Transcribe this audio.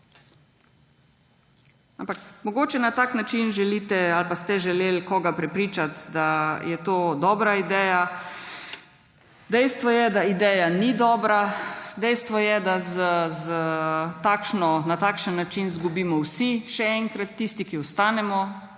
Ampak mogoče na tak način želite ali pa ste želeli koga prepričati, da je to dobra ideja. Dejstvo je, da ideja ni dobra. Dejstvo je, da na takšen način izgubimo vsi, še enkrat, tisti, ki ostanemo